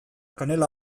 kanela